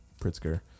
Pritzker